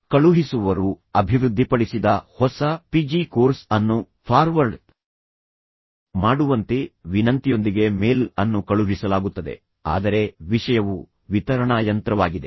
ಕಳುಹಿಸುವವರು ಅಭಿವೃದ್ಧಿಪಡಿಸಿದ ಹೊಸ ಪಿಜಿ ಕೋರ್ಸ್ ಅನ್ನು ಫಾರ್ವರ್ಡ್ ಮಾಡುವಂತೆ ವಿನಂತಿಯೊಂದಿಗೆ ಮೇಲ್ ಅನ್ನು ಕಳುಹಿಸಲಾಗುತ್ತದೆ ಆದರೆ ವಿಷಯವು ವಿತರಣಾ ಯಂತ್ರವಾಗಿದೆ